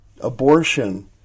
Abortion